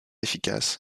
efficace